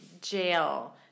jail